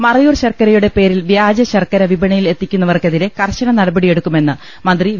മറയൂർ ശർക്കരയുടെ പേരിൽ വ്യാജ ശർക്കര വിപ ണിയിൽ എത്തിക്കുന്നവർക്കെതിരെ കർശന നടപടിയെടുക്കുമെന്ന് മന്ത്രി വി